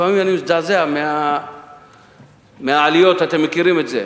לפעמים אני מזדעזע מהעליות, אתם מכירים את זה,